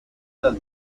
dal